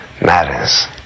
matters